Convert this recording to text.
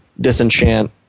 disenchant